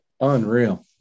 Unreal